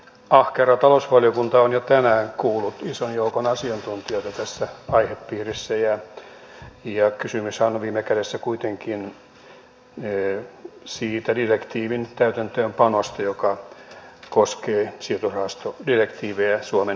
ahkera talousvaliokunta on jo tänään kuullut ison joukon asiantuntijoita tässä aihepiirissä ja kysymyshän on viime kädessä kuitenkin siitä direktiivin täytäntöönpanosta joka koskee sijoitusrahastodirektiiviä suomen osalta